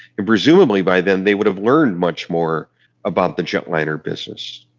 and presumably by then they would have learned much more about the jet liner business.